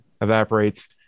evaporates